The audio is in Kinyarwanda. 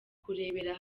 kurebera